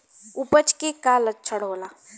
अपच के का लक्षण होला?